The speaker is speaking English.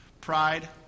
Pride